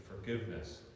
forgiveness